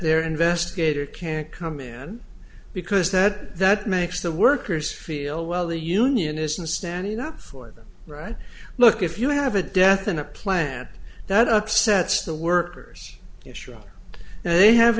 there investigator can't come in because that that makes the workers feel well the union isn't standing up for them right look if you have a death in a plant that upsets the workers issue and they have